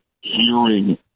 hearing